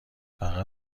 فقط